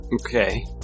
Okay